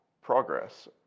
progress